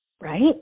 right